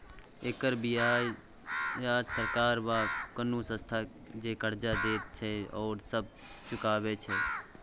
एकर बियाज सरकार वा कुनु संस्था जे कर्जा देत छैथ ओ सब चुकाबे छै